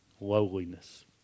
Lowliness